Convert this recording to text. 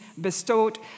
bestowed